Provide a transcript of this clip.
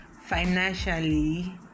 financially